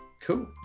cool